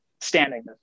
standing